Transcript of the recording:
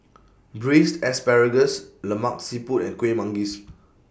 Braised Asparagus Lemak Siput and Kueh Manggis